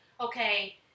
okay